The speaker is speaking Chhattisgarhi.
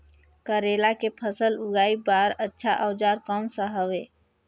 करेला के फसल उगाई बार अच्छा औजार कोन सा हवे?